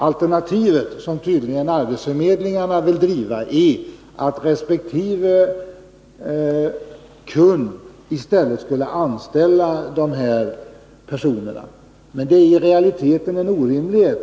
Alternativet, som tydligen arbetsförmedlingarna vill driva, är att repektive kund i stället skulle anställa de här personerna, men det är i realiteten en orimlighet.